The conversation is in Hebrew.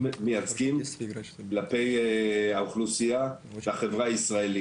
מייצגים כלפי האוכלוסייה והחברה הישראלית.